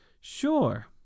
sure